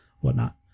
whatnot